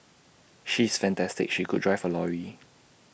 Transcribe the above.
she is fantastic she could drive A lorry